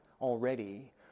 already